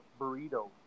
burrito